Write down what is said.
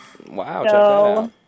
wow